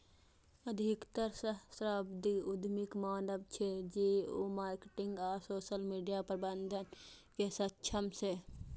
अधिकतर सहस्राब्दी उद्यमीक मानब छै, जे ओ मार्केटिंग आ सोशल मीडिया प्रबंधन मे सक्षम छै